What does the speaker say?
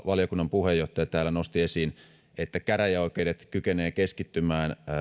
valiokunnan puheenjohtaja nosti esiin että käräjäoikeudet kykenevät keskittymään